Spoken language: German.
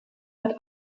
hat